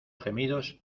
gemidos